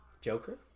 Joker